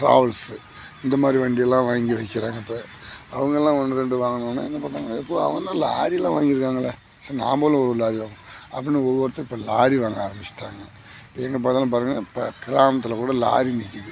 travels இந்தமாதிரி வண்டியெல்லாம் வாங்கி வைக்கிறாங்க இப்போ அவங்கெல்லாம் ஒன்று ரெண்டு வாங்குனவொனே என்ன பண்ணுறாங்க லாரி எல்லாம் வாங்கிருக்காங்களே சரி நாமளும் ஒரு லாரி வாங்குவோம் அப்படினு ஒவ்வொருத்தர் இப்போ லாரி வாங்க ஆரமிச்சி விட்டாங்க எங்கே பார்த்தாலும் பாருங்கள் இப்போ கிராமத்தில் கூட லாரி நிற்கிது